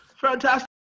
Fantastic